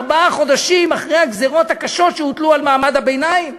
ארבעה חודשים אחרי הגזירות הקשות שהוטלו על מעמד הביניים.